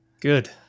Good